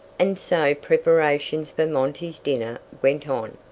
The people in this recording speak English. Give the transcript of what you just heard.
and so preparations for monty's dinner went on.